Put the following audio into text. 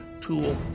tool